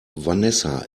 vanessa